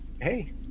Hey